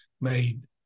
made